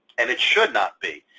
and it should not be,